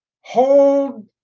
hold